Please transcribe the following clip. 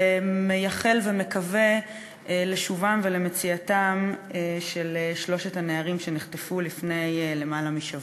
ומייחל ומקווה לשובם ולמציאתם של שלושת הנערים שנחטפו לפני למעלה משבוע.